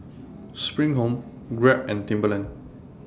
SPRING Home Grab and Timberland